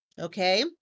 Okay